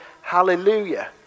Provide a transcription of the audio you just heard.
hallelujah